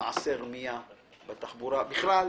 מעשה רמייה בתחבורה, ובכלל.